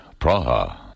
Praha